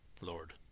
Lord